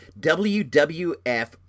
WWF